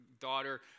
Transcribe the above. daughter